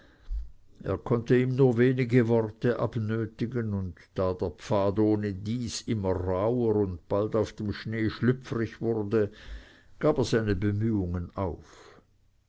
er konnte ihm nur wenige worte abnötigen und da der pfad ohnedies immer rauher und bald auf dem schnee schlüpfrig wurde gab er seine bemühungen auf